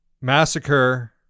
massacre